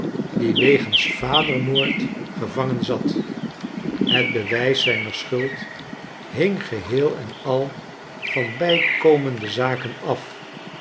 die wegens vadermoord gevangen zat het bewijs zijner schuld hing geheel en al van bijkomende zaken af